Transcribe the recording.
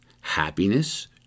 happiness